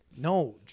No